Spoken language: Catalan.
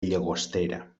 llagostera